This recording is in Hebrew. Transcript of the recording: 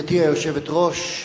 גברתי היושבת-ראש,